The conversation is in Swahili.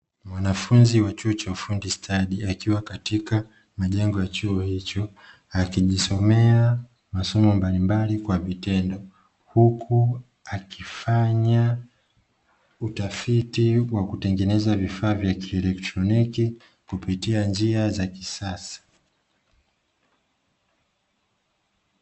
Wanafunzi wa chuo cha ufundi stadi akiwa katika majengo ya chuo hicho akijisomea masomo mbalimbali kwa vitendo, huku akifanya utafiti wa kutengeneza vifaa vya kieletroniki kupitia njia za kisasa.